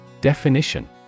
Definition